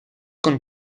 con